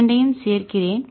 இரண்டையும் சேர்க்கிறேன்